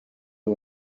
nhw